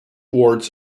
wards